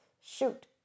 shoot